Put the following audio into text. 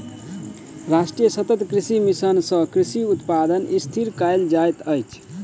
राष्ट्रीय सतत कृषि मिशन सँ कृषि उत्पादन स्थिर कयल जाइत अछि